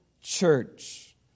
church